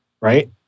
right